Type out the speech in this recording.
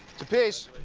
to peace!